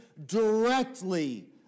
directly